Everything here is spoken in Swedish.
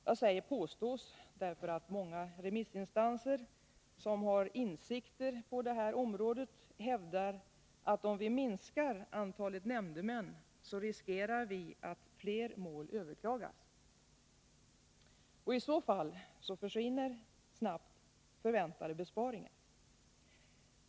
Jag säger ”påstås” därför att många remissinstanser som har insikter på det här området hävdar att om vi minskar antalet nämndemän riskerar vi att fler mål överklagas. I så fall försvinner snabbt förväntade besparingar.